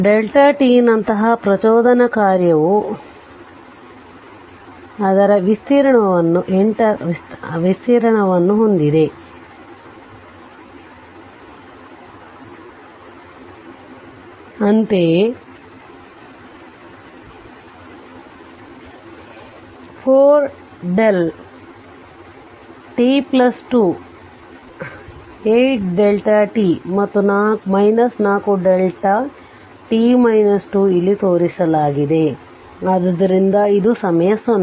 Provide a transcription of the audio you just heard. t ನಂತಹ ಪ್ರಚೋದನೆಯ ಕಾರ್ಯವು 8 ರ ವಿಸ್ತೀರ್ಣವನ್ನು ಹೊಂದಿದೆ ಅಂತೆಯೇ 4t 2 8 ಮತ್ತು 4 ಇಲ್ಲಿ ತೋರಿಸಲಾಗಿದೆ ಆದ್ದರಿಂದ ಇದು ಸಮಯ 0